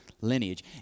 lineage